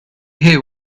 hear